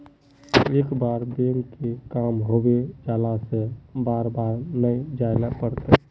एक बार बैंक के काम होबे जाला से बार बार नहीं जाइले पड़ता?